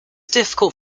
difficult